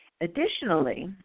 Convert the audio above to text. Additionally